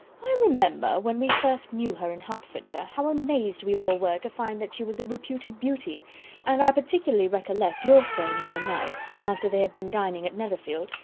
i remember, when we first knew her in hertfordshire, how amazed we all were to find that she was a reputed beauty and i particularly recollect your saying one night, after they had been dining at netherfield,